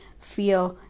fear